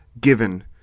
given